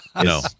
no